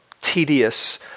tedious